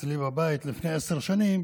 אצלי בבית לפני עשר שנים,